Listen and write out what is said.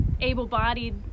able-bodied